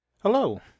Hello